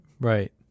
Right